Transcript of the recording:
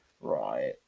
Right